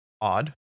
Odd